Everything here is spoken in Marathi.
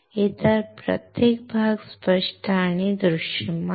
इतर प्रत्येक भाग स्पष्ट आणि दृश्यमान आहे